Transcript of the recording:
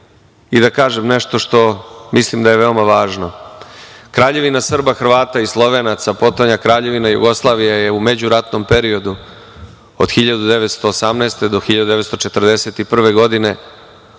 i da kažem nešto što mislim da je veoma važno, Kraljevina SHS, potom Kraljevina Jugoslavija je u međuratnom periodu od 1918. do 1941. godine